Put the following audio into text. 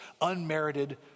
unmerited